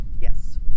Yes